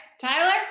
Tyler